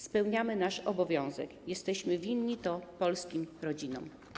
Spełniamy nasz obowiązek, jesteśmy to winni polskim rodzinom.